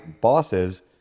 bosses